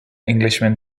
englishman